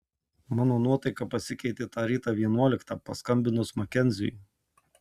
mano nuotaika pasikeitė tą rytą vienuoliktą paskambinus makenziui